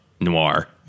noir